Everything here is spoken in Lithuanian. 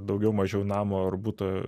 daugiau mažiau namo ar buto